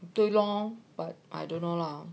对 lor but I don't know lah